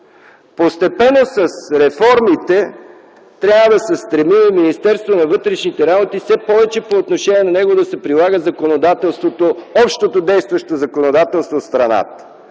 Постепенно с реформите трябва да се стремим Министерство на вътрешните работи все повече по отношение на него да се прилага общото действащо законодателство в страната.